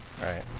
right